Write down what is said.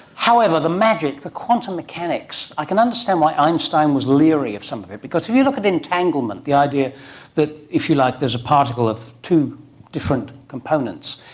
however, the magic, the quantum mechanics, i can understand why einstein was leery of some of it, because if you look at entanglement, the idea that, if you like, there is a particle of two different components,